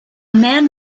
man